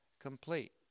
complete